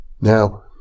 Now